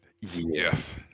Yes